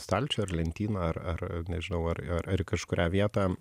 stalčių ar lentyną ar ar nežinau ar ar ar į kažkurią vietą